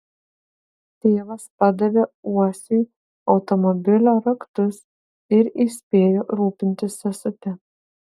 tėvas padavė uosiui automobilio raktus ir įspėjo rūpintis sesute